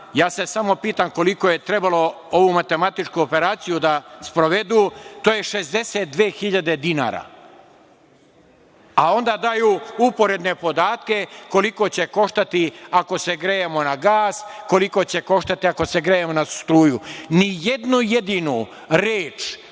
Ja se samo pitam koliko je trebalo ovu matematičku operaciju da sprovedu. To je 62.000 dinara. Onda daju uporedne podatke koliko će koštati ako se grejemo na gas, koliko će koštati ako se grejemo na struju. Ni jednu jedinu reč